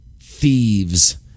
thieves